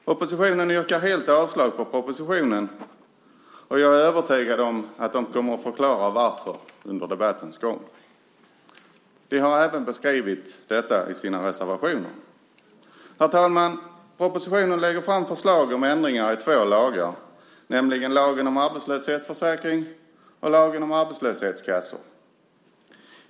Oppositionen yrkar helt avslag på propositionen, och jag är övertygad om att de kommer att förklara varför under debattens gång. De har även beskrivit detta i sina reservationer. Herr talman! Propositionen lägger fram förslag om ändringar i två lagar, nämligen lagen om arbetslöshetsförsäkring och lagen om arbetslöshetskassor.